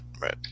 right